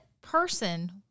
person